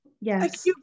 Yes